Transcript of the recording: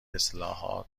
اصلاحات